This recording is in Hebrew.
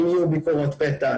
אם יהיו ביקורות פתע?